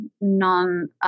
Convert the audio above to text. non